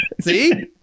See